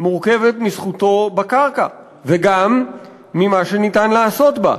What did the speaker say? מורכבת מזכותו בקרקע וגם ממה שניתן לעשות בה.